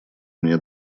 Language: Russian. мне